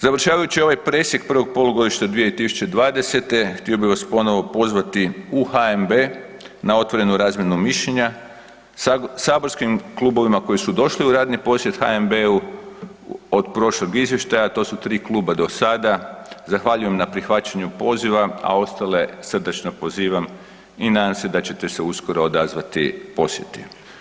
Završavaju ovaj presjek prvog polugodišta 2020. htio bih vas ponovno pozvati u HNB, na otvorenu razmjenu mišljenja saborskim Klubovima koji su došli u radni posjet HNB-u od prošlog izvještaja, to su tri Kluba do sada, zahvaljujem na prihvaćanju poziva, a ostale srdačno pozivam i nadam se da ćete se uskoro odazvati posjeti.